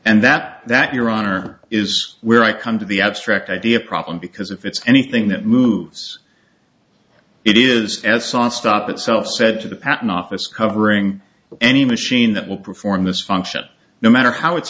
and that that your honor is where i come to the abstract idea problem because if it's anything that moves it is as saw stop itself said to the patent office covering any machine that will perform this function no matter how it